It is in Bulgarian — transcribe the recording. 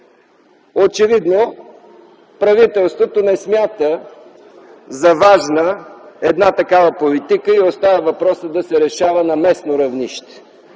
Очевидно правителството не смята за важна една такава политика и оставя въпроса да се решава на местно равнище.